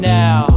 now